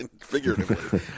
figuratively